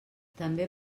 també